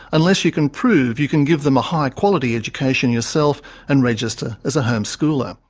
unless you can prove you can give them a high quality education yourself and register as a homeschooler.